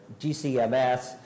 GCMS